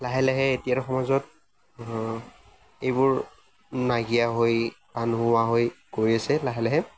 লাহে লাহে এতিয়াৰ সমাজত এইবোৰ নাইকিয়া হৈ বা নোহোৱা হৈ গৈ আছে লাহে লাহে